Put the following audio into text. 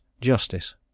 justice